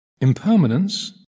Impermanence